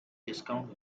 discount